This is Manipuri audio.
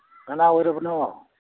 ꯀꯅꯥ ꯑꯣꯏꯔꯕꯅꯣ